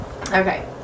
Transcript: Okay